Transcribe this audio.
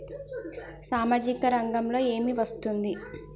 సామాజిక రంగంలో ఏమి వస్తుంది?